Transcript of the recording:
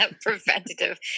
Preventative